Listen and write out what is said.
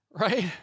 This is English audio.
right